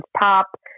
top